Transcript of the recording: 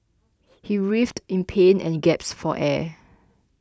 he writhed in pain and gasped for air